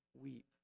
weep